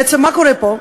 בעצם, מה קורה פה?